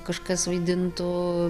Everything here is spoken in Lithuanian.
kažkas vaidintų